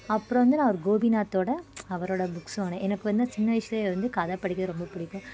அப்புறம் வந்து நான் ஒரு கோபிநாத்தோடய அவரோடய புக்ஸ்ஸு வாங்கினேன் எனக்கு வந்து சின்ன வயசில் வந்து கதை படிக்கிறது ரொம்ப பிடிக்கும்